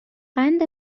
قند